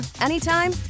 anytime